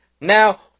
now